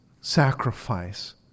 sacrifice